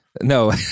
no